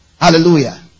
Hallelujah